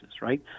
right